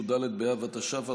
י"ד באב התש"ף,